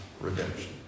redemption